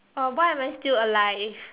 uh why am I still alive